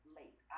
late